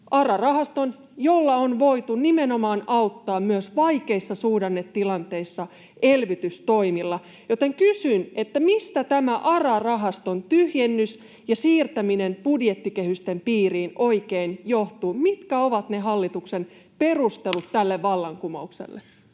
ARA-rahaston, jolla on voitu nimenomaan auttaa myös vaikeissa suhdannetilanteissa elvytystoimilla. Joten kysyn: Mistä tämä ARA-rahaston tyhjennys ja siirtäminen budjettikehysten piiriin oikein johtuu? Mitkä ovat ne hallituksen perustelut tälle vallankumoukselle?